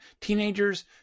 teenagers